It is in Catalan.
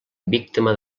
víctima